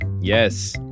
Yes